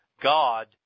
God